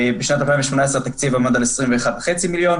בשנת 2018 התקציב עמד על 21.5 מיליון,